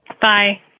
Bye